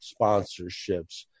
sponsorships